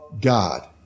God